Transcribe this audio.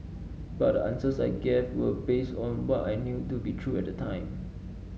but the answers I gave were based on what I knew to be true at the time